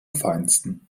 feinsten